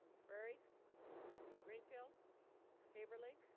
frerichs greenfield haverly